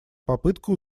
попытка